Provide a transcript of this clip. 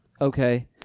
Okay